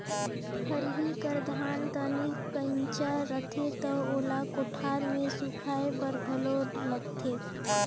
खरही कर धान तनिक कइंचा रथे त ओला कोठार मे सुखाए बर घलो लगथे